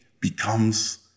becomes